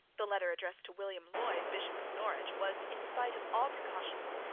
the letter addressed to william lloyd, bishop of norwich, was, in spite of all precautions,